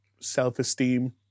self-esteem